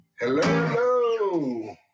Hello